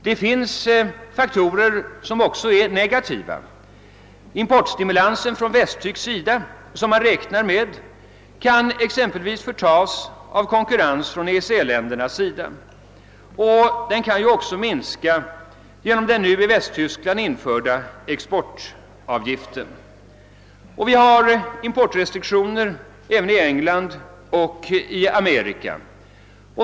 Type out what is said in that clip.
Det finns också faktorer som är negativa. Den importstimulans från Västtyskland som man räknar med kan exempelvis förtas av konkurrens från EEC-länderna, och den kan även minska genom den nu i Västtyskland införda exportavgiften. Det förekommer dessutom importrestriktioner både i Storbritannien och i USA.